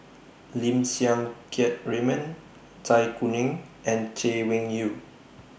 Lim Siang Keat Raymond Zai Kuning and Chay Weng Yew